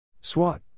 SWAT